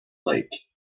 lake